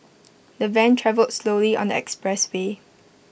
the van travelled slowly on the expressway